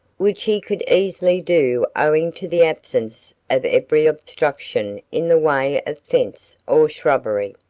which he could easily do owing to the absence of every obstruction in the way of fence or shrubbery.